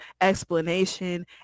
explanation